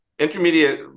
Intermediate